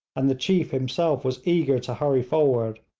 and the chief himself was eager to hurry forward,